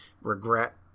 regret